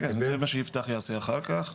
כן, כן, זה מה שיפתח יעשה אחר כך.